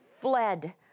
fled